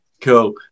cool